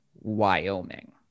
Wyoming